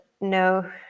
no